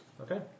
Okay